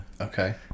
Okay